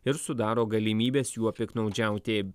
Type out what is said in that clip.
ir sudaro galimybes juo piktnaudžiauti